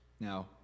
Now